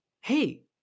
hey